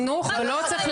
אתם רוצים להפריט את החינוך.